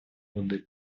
води